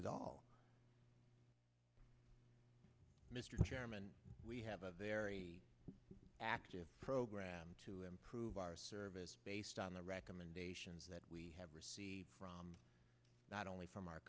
that all mr chairman we have a very active program to improve our service based on the recommendations that we have received from not only from our